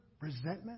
resentment